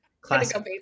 Classic